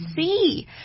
see